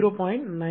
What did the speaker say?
0